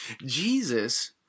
Jesus